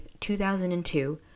2002